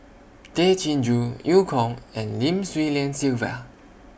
Tay Chin Joo EU Kong and Lim Swee Lian Sylvia